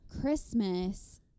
Christmas